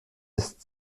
ist